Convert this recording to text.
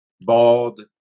bald